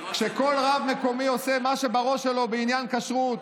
כשכל רב מקומי עושה מה שבראש שלו בעניין כשרות,